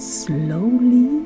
slowly